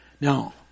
Now